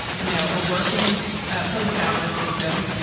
you know, a working ah postoffice system,